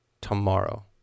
tomorrow